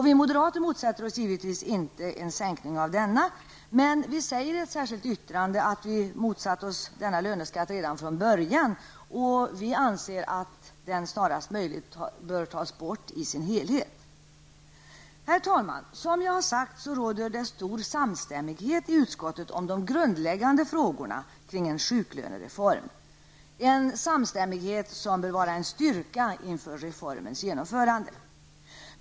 Vi moderater motsätter oss givetvis inte denna sänkning, men vi säger i ett särskilt yttrande att vi motsatt oss denna löneskatt redan från början. Vi anser därför att den snarast möjligt bör tas bort i sin helhet. Herr talman! Som jag sade råder det stor samstämmighet i utskottet om de grundläggande frågorna kring en sjuklönereform, en samstämmighet som bör vara en styrka inför reformens genomförande.